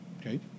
Okay